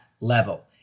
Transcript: level